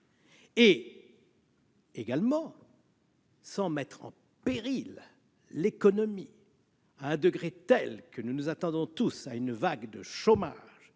-et sans mettre en péril l'économie, à un degré tel que nous nous attendons tous à une vague de chômage